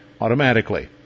automatically